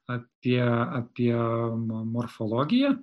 apie apie morfologiją